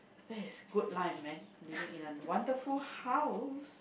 that is good life man living in a wonderful house